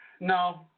No